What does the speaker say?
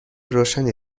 روشنی